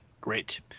Great